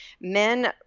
men